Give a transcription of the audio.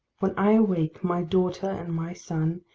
when i awake, my daughter and my son,